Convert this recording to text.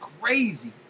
crazy